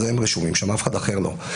הם רשומים שם, אף אחד אחר לא.